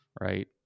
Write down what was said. right